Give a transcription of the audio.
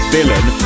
Villain